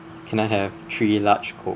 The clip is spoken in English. can I have three large coke